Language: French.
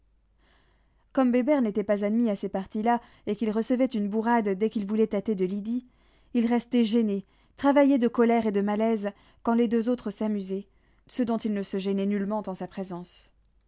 comme bébert n'était pas admis à ces parties là et qu'il recevait une bourrade dès qu'il voulait tâter de lydie il restait gêné travaillé de colère et de malaise quand les deux autres s'amusaient ce dont ils ne se gênaient nullement en sa présence